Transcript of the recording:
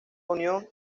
unión